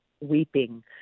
weeping